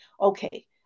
okay